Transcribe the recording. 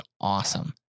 awesome